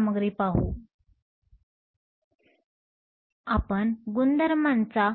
सामग्री पाहू आपण गुणधर्मांचा